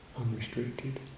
unrestricted